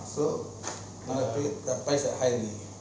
I